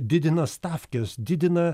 didina stafkes didina